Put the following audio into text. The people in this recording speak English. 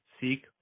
seek